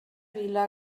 vila